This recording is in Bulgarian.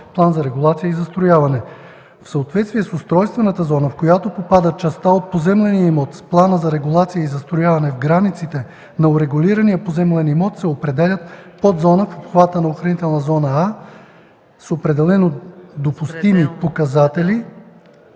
план за регулация и застрояване.